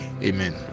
Amen